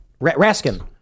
Raskin